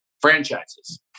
franchises